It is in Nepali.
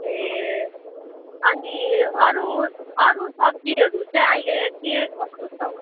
ए अनि अरू अरू सब्जीहरू चाहिँ अहिले के कस्तो छ हौ